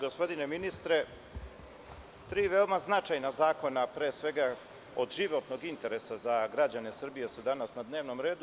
Gospodine ministre, tri veoma značajna zakona, pre svega od životnog interesa za građane Srbije, su danas na dnevnom redu.